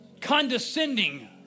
condescending